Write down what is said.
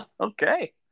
Okay